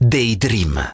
Daydream